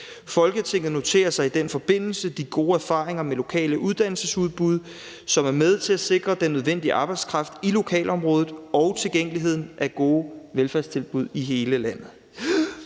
Folketinget noterer sig i den forbindelse de gode erfaringer med lokale uddannelsesudbud, som er med til at sikre den nødvendige arbejdskraft i lokalområdet og tilgængeligheden af gode velfærdstilbud i hele landet.«